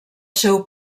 seu